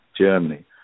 Germany